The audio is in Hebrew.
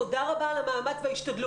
תודה רבה על המאמץ וההשתדלות,